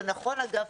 אגב,